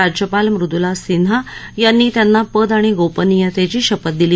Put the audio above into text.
राज्यपाल मृदुला सिन्हा यांनी त्यांना पद आणि गोपनियतेची शपथ दिली